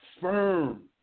firm